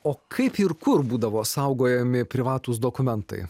o kaip ir kur būdavo saugojami privatūs dokumentai